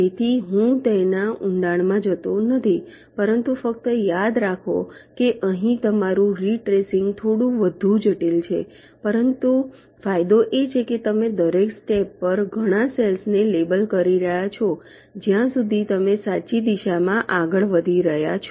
તેથી હું તેના ઊંડાણ માં નથી જતો પરંતુ ફક્ત યાદ રાખો કે અહીં તમારું રીટ્રેસીંગ થોડું વધુ જટિલ છે પરંતુ ફાયદો એ છે કે તમે દરેક સ્ટેપ પર ઘણા સેલ્સ ને લેબલ કરી રહ્યાં છો જ્યાં સુધી તમે સાચી દિશા આગળ વધી રહ્યા છો